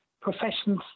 professions